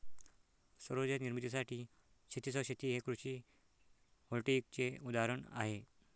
सौर उर्जा निर्मितीसाठी शेतीसह शेती हे कृषी व्होल्टेईकचे उदाहरण आहे